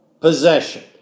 possession